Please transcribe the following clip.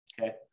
okay